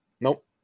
Nope